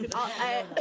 i